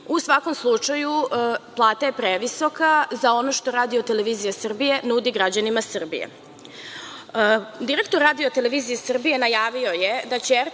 U svakom slučaju plata je previsoka za ono što Radio televizija Srbije nudi građanima Srbije. Direktor Radio televizije Srbije najavio je da će